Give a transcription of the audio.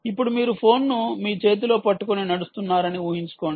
ఇప్పుడు మీరు ఫోన్ను మీ చేతిలో పట్టుకొని నడుస్తున్నారని ఊహించుకోండి